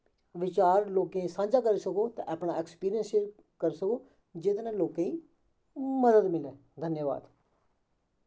बचार लोकें गी सांझा करी सको ते अपना ऐक्सपिरिंयस करी सको जेह्दे नै लोकें गी मदद मिलै धन्यवाद